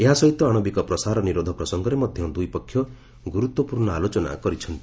ଏହାସହିତ ଆଣବିକ ପ୍ରସାର ନିରୋଧ ପ୍ରସଙ୍ଗରେ ମଧ୍ୟ ଦୁଇ ପକ୍ଷ ଗୁରୁତ୍ୱପୂର୍ଣ୍ଣ ଆଲୋଚନା କରିଛନ୍ତି